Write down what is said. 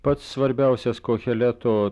pats svarbiausias koheleto